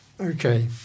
Okay